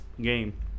game